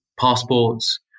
passports